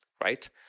Right